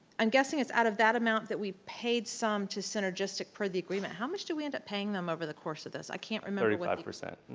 i'm guessing it's out of that amount that we paid some to synergistic for the agreement. how much did we end up paying them over the course of this? i can't remember what? thirty